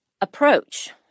approach